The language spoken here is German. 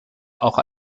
auch